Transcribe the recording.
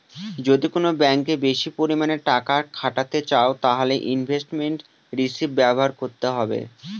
যদি কোন ব্যাঙ্কে বেশি পরিমানে টাকা খাটাতে চাও তাহলে ইনভেস্টমেন্ট রিষিভ ব্যবহার করতে হবে